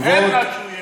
הם נטשו ילדים,